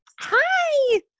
Hi